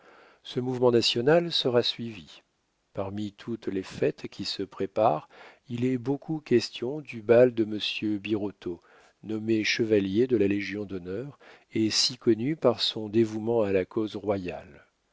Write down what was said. ce mouvement national sera suivi parmi toutes les fêtes qui se préparent il est beaucoup question du bal de monsieur birotteau nommé chevalier de la légion-d'honneur et si connu par son dévouement à la cause royale